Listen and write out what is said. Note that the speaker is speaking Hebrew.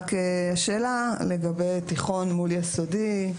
רק השאלה לגבי תיכון מול יסודי,